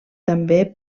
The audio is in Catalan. també